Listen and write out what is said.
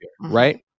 right